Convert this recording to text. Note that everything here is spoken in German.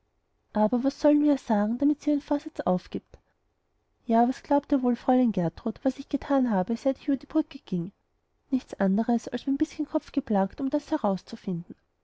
aber was sollen wir ihr sagen damit sie ihren vorsatz aufgibt ja was glaubt ihr wohl fräulein gertrud was ich getan habe seit ich über die brücke ging nichts anders als mein bißchen kopf geplagt um das herauszufinden